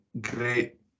great